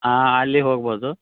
ಹಾಂ ಅಲ್ಲಿಗೆ ಹೋಗ್ಬೋದು